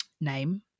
name